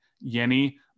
Yeni